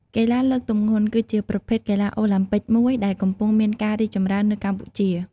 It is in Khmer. កីឡាលើកទម្ងន់ គឺជាប្រភេទកីឡាអូឡាំពិកមួយដែលកំពុងមានការរីកចម្រើននៅកម្ពុជា។